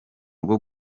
rwo